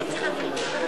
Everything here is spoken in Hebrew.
התשע"א 2011,